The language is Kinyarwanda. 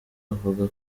avuga